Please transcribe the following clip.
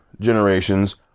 generations